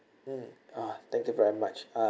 hmm uh thank you very much uh